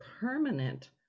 permanent